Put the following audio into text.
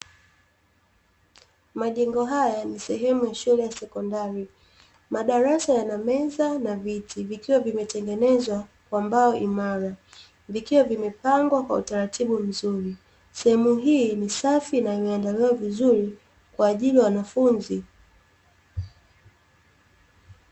Majengo haya ni sehemu ya shule ya sekondari, madarasa yanameza na viti vikiwa vimetengenezwa kwa mbao imara vikiwa vimepangwa kwa utaratibu mzuri. Sehemu hii ni safi na imeandaliwa vizuri kwa ajili ya wanafunzi.